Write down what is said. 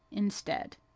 instead.